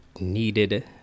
needed